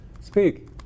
Speak